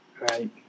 Right